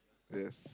yes